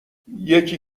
یکی